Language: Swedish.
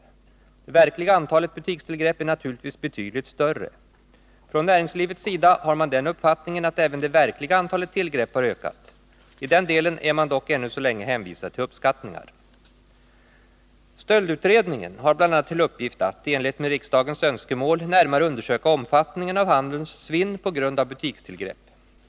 Det verkliga antalet butikstillgrepp är naturligtvis betydligt större. Från näringslivets sida har man den uppfattningen att även det verkliga antalet tillgrepp har ökat. I den delen är man dock ännu så länge hänvisad till uppskattningar. Stöldutredningen har bl.a. till uppgift att, i enlighet med riksdagens önskemål , närmare undersöka omfattningen av handelns svinn på grund av butikstillgrepp.